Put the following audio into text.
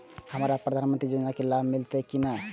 हमरा प्रधानमंत्री योजना के लाभ मिलते की ने?